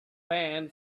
pan